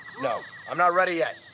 no. i'm not ready yet.